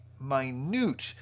minute